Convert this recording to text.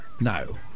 no